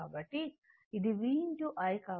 కాబట్టి ఇది v i